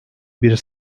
bir